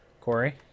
Corey